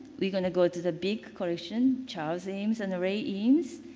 we're going to go to the big collection, charles eames and ray eames,